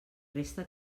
resta